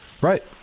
Right